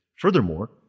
Furthermore